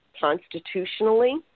constitutionally